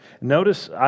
Notice